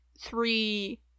three